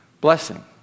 blessing